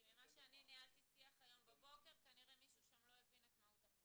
מהשיח שאני ניהלתי בבוקר כנראה מישהו לא הבין את מהות החוק.